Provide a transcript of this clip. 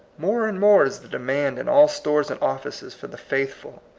more and more is the demand in all stores and offices for the faithful,